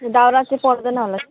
दौरा चाहिँ पर्दैन होला